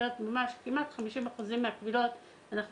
כמעט ב-50 אחוזים מהקבילות אנחנו